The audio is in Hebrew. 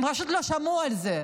הם פשוט לא שמעו על זה.